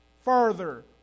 further